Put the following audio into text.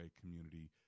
Community